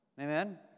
Amen